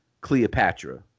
Cleopatra